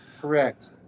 Correct